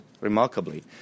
remarkably